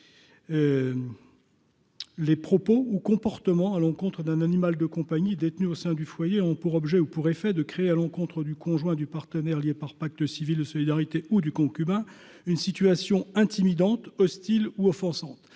Les propos ou comportements à l'encontre d'un animal de compagnie détenues au sein du foyer ont pour objet ou pour effet de créer à l'encontre du conjoint du partenaire lié par pacte civil de solidarité ou du concubin, une situation intimidante, hostile ou offensante,